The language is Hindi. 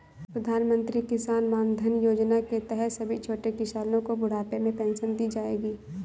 प्रधानमंत्री किसान मानधन योजना के तहत सभी छोटे किसानो को बुढ़ापे में पेंशन दी जाएगी